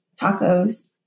tacos